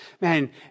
man